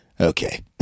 okay